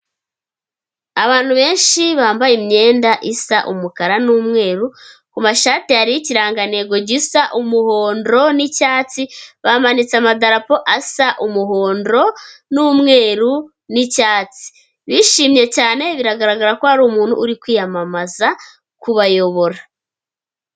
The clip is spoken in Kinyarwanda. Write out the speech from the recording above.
Abantu benshi bambaye imyenda isa umukara n'umweru, ku mashati hariho ikirangantego gisa umuhondo n'icyatsi, bamanitse amadarapo asa umuhondo n'umweru n'icyatsi, bishimye cyane biragaragara ko hari umuntu uri kwiyamamaza kubayobora.